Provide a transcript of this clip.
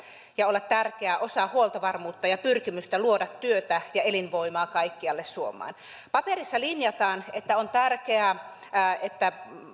ja olla tärkeä osa huoltovarmuutta ja pyrkimystä luoda työtä ja elinvoimaa kaikkialle suomeen paperissa linjataan että on tärkeää että